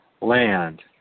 land